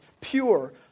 pure